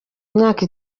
imyaka